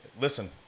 listen